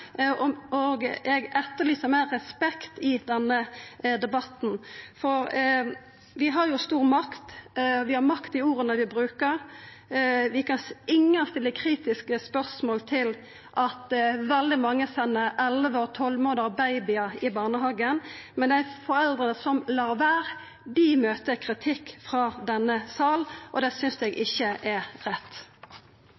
nyttar dette. Eg etterlyser meir respekt i denne debatten, for vi har stor makt, vi har makt i form av dei orda vi brukar. Ingen stiller kritiske spørsmål til at veldig mange sender babyar på elleve eller tolv månader i barnehagen, men dei foreldra som lar vera, møter kritikk frå denne salen, og det synest eg ikkje er rett. Jeg tok først og fremst ordet for å rette opp noe i